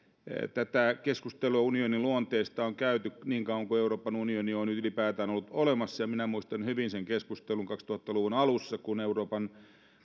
tätä keskustelua unionin luonteesta on käyty niin kauan kuin euroopan unioni on ylipäätään ollut olemassa minä muistan hyvin sen keskustelun kaksituhatta luvun alussa kun euroopan